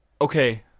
Okay